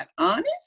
honest